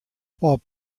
while